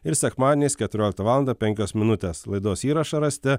ir sekmadieniais keturioliktą valandą penkios minutės laidos įrašą rasite